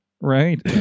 right